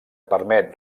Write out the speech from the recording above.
permet